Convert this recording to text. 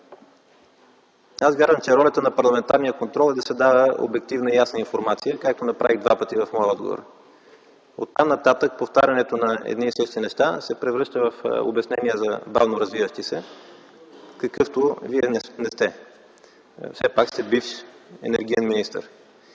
аз вярвам, че ролята на парламентарния контрол е да се дава обективна и ясна информация, както направих два пъти в моя отговор. Оттам нататък повтарянето на едни и същи неща, се превръща в обяснение за бавно развиващи се, какъвто Вие не сте, все пак сте бивш енергиен министър.